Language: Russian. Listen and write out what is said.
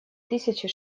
тысячи